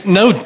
no